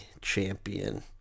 champion